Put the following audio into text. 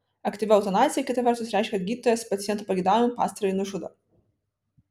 aktyvi eutanazija kita vertus reiškia kad gydytojas paciento pageidavimu pastarąjį nužudo